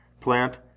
Plant